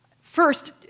First